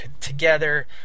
together